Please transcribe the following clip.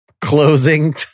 Closing